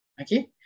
Okay